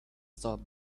stop